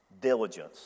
diligence